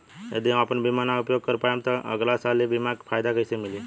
यदि हम आपन बीमा ना उपयोग कर पाएम त अगलासाल ए बीमा के फाइदा कइसे मिली?